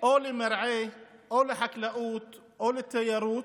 או למרעה או לחקלאות או לתיירות.